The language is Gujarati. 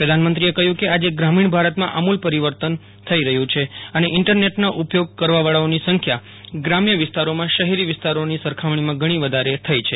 પ્રધાનમંત્રી કહ્યું કે આજે ગ્રામીણ ભારતમાં આમૂલ પરિવર્તન થઇ રહ્યું છે અને ઇન્ટરનેટના ઉપયોગ કરવાવાળોની સંખ્યા ગ્રામ્ય વિસ્તારોમાં શહેરી વિસ્તારોની સરખામણીમાં ઘણી વધારે થઇ ગઇ છે